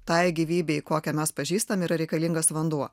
tai gyvybei kokią mes pažįstam yra reikalingas vanduo